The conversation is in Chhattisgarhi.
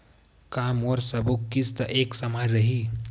का मोर सबो किस्त ह एक समान रहि?